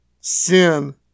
sin